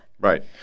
Right